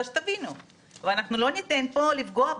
ולא ניתן פה לפגוע בהם.